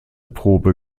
probe